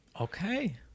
Okay